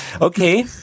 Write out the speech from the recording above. Okay